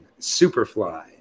Superfly